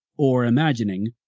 or imagining,